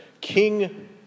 King